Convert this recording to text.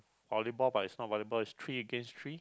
volleyball but it's not volleyball it's three against three